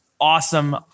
awesome